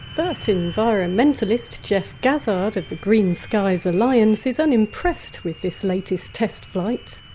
but environmentalist jeff gazzard of the green skies alliance is unimpressed with this latest test flight.